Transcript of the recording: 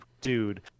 dude